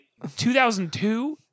2002